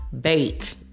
bake